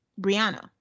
Brianna